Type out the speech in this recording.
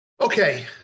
Okay